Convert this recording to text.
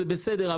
זה בסדר,